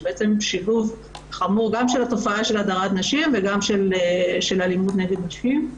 שילוב חמור של הדרת נשים וגם של אלימות נגד נשים.